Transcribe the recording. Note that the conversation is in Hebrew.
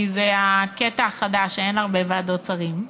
כי זה הקטע החדש, שאין הרבה ועדות שרים.